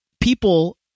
people